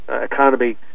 economy